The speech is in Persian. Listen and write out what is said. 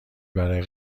برای